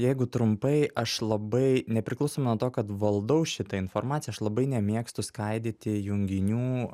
jeigu trumpai aš labai nepriklausoma nuo to kad valdau šitą informaciją aš labai nemėgstu skaidyti junginių